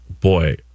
boy